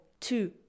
two